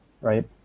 right